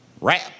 rap